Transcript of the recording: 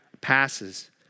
passes